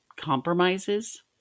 compromises